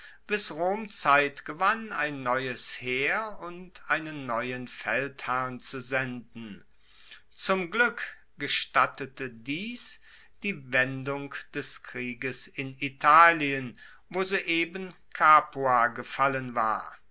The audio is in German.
bis rom zeit gewann ein neues heer und einen neuen feldherrn zu senden zum glueck gestattete dies die wendung des krieges in italien wo soeben capua gefallen war